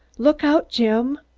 look out, jim!